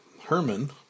Herman